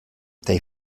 they